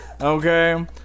Okay